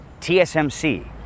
TSMC